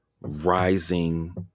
rising